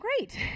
great